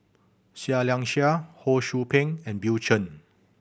Seah Liang Seah Ho Sou Ping and Bill Chen